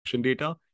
data